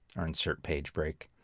or insert page break,